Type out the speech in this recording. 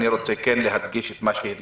אני רוצה כן להדגיש את מה שהדגשת,